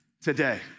today